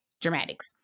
dramatics